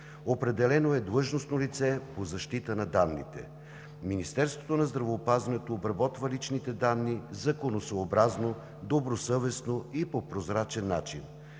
Определено е длъжностно лице по защита на данните. Министерството на здравеопазването обработва личните данни законосъобразно, добросъвестно и по прозрачен начин.